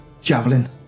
javelin